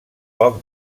poc